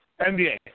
NBA